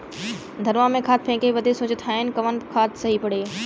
धनवा में खाद फेंके बदे सोचत हैन कवन खाद सही पड़े?